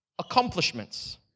accomplishments